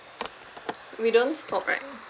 we don't stop right